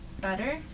better